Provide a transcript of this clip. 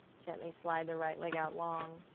gently slide the right leg out long,